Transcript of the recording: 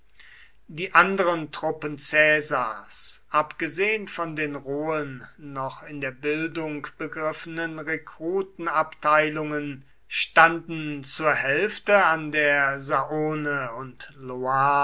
die anderen truppen caesars abgesehen von den rohen noch in der bildung begriffenen rekrutenabteilungen standen zur hälfte an der sane und loire